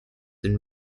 and